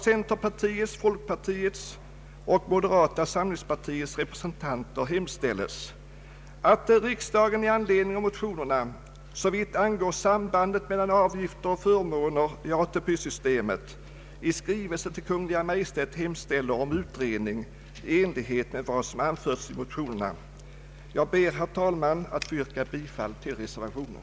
Jag ber, herr talman, att få yrka bifall till reservationen.